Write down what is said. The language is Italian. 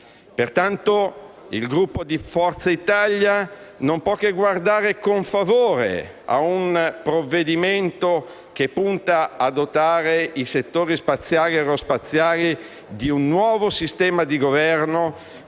Pertanto, il Gruppo Forza Italia non può che guardare con favore a un provvedimento che punta a dotare i settori spaziali e aerospaziali di un nuovo sistema di Governo